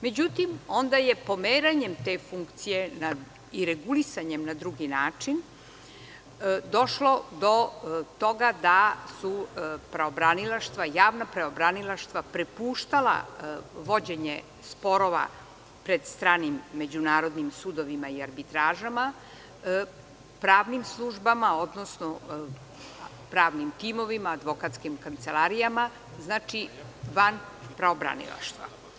Međutim, onda je pomeranjem te funkcije i regulisanjem na drugi način došlo do toga da su pravobranilaštva prepuštala vođenje sporova pred stranim međunarodnim sudovima i arbitražama pravnim službama, odnosno pravnim timovima, advokatskim kancelarijama, van pravobranilaštva.